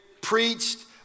preached